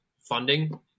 funding